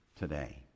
today